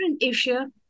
Asia